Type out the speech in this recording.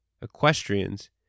Equestrians